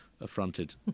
affronted